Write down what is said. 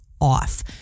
off